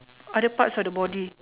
other parts of the body